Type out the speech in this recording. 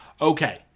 okay